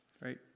right